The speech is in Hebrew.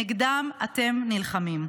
נגדם אתם נלחמים.